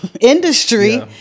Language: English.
industry